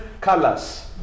colors